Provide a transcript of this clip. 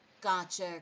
Gotcha